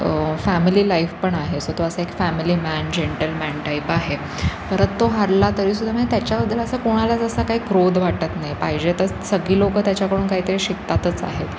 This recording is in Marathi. फॅमिली लाईफ पण आहे सो तो असा एक फॅमिली मॅन जेंटलमॅन टाईप आहे परत तो हरला तरीसुद्धा म्हणजे त्याच्याबद्दल असं कोणालाच असा काही क्रोध वाटत नाही पाहिजे तर सगळी लोकं त्याच्याकडून काहीतरी शिकतातच आहेत